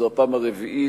זו הפעם הרביעית